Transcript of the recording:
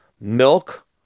Milk